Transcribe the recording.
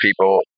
people